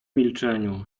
milczeniu